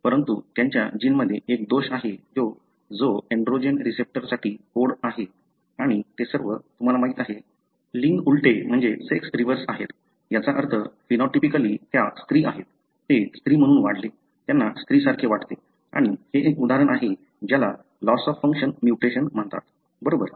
परंतु त्यांच्या जीनमध्ये एक दोष आहे जो एंड्रोजन रिसेप्टरसाठी कोड आहे आणि ते सर्व तुम्हाला माहिती आहे लिंग उलटे आहेत याचा अर्थ फेनॉटिपिकली त्या स्त्री आहेत ते स्त्री म्हणून वाढले त्यांना स्त्रीसारखे वाटते आणि हे एक उदाहरण आहे ज्याला लॉस ऑफ फंक्शन म्युटेशन म्हणतात बरोबर